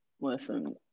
Listen